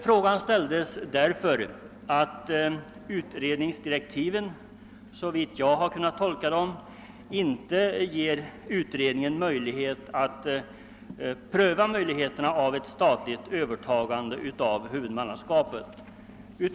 Frågan ställdes därför att utredningsdirektiven, såvitt jag kan tolka dem, inte ger utredningen möjlighet att pröva förutsätthingarna för ett statligt övertagande av huvudmannaskapet.